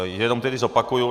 Jenom tedy zopakuji...